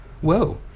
Whoa